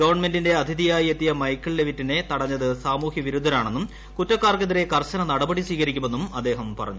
ഗവൺമെന്റിന്റെ അതിഥിയായി എത്തിയ മൈക്കൽ ലെവിറ്റിനെ തടഞ്ഞത് സമൂഹ്യ വിരുദ്ധരാണെന്നും കുറ്റക്കാർക്കെതിരെ കർശന നടപടി സ്വീകരിക്കുമെന്നും അദ്ദേഹം പറഞ്ഞു